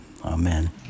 amen